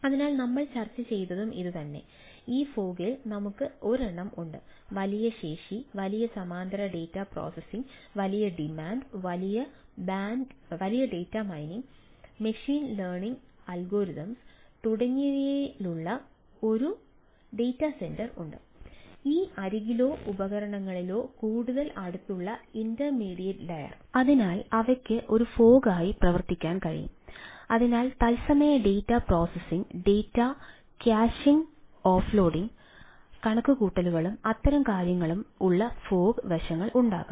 അതിനാൽ നമ്മൾ ചർച്ച ചെയ്തതും ഇതുതന്നെ ഈ ഫോഗി വശങ്ങൾ ഉണ്ടാകാം